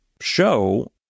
show